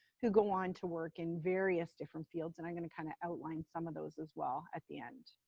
who go on to work in various different fields and i'm going to kind of outline some of those as well at the end.